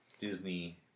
Disney